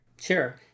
Sure